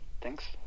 Thanks